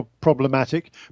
problematic